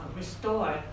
restore